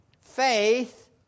Faith